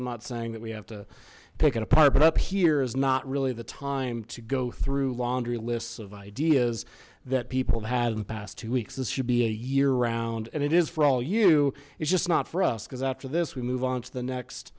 i'm not saying that we have to take it apart but up here is not really the time to go through laundry lists of ideas that people had in the past two weeks this should be a year round and it is for all you it's just not for us because after this we move on to the next